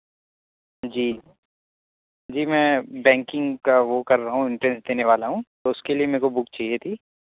جی جی میں بینکنگ کا وہ کر رہا ہوں انٹرینس دینے والا ہوں تو اس کے لیے میرے کو بک چاہیے تھی